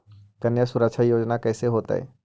कन्या सुरक्षा योजना कैसे होतै?